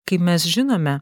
kaip mes žinome